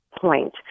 point